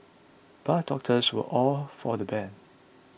but doctors were all for the ban